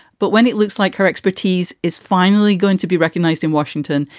but when it looks like her expertise is finally going to be recognized in washington,